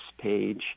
page